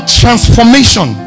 transformation